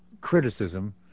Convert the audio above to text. criticism